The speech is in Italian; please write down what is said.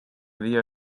via